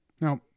Now